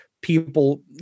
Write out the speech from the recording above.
people